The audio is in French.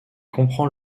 comprend